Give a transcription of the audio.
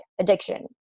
addiction